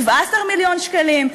17 מיליון שקלים.